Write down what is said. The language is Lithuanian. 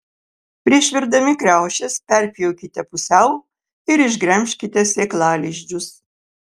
prieš virdami kriaušes perpjaukite pusiau ir išgremžkite sėklalizdžius